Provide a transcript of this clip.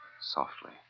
softly